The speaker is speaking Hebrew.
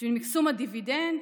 בשביל מקסום הדיבידנד